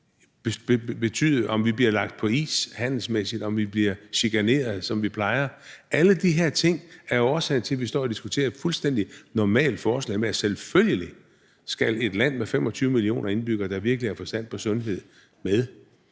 betyde, om vi bliver lagt på is handelsmæssigt, og om vi bliver chikaneret, som vi plejer. Alle de her ting er jo årsag til, at vi står og diskuterer et fuldstændig normalt forslag. Selvfølgelig skal et land med 25 millioner indbyggere, der virkelig har forstand på sundhed, med